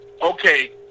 Okay